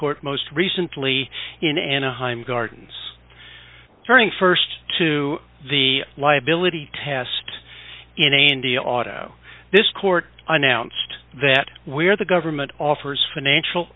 court most recently in anaheim gardens turning st to the liability test in the auto this court announced that where the government offers financial